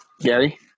Gary